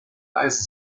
leise